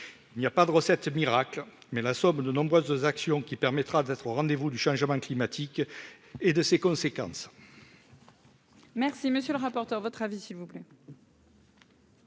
il n'y a pas de recette miracle, mais la somme de nombreuses actions qui permettra d'être au rendez-vous du changement climatique et de ses conséquences.